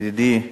ידידי,